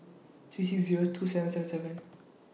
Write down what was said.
three six Zero three two seven seven seven